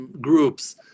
groups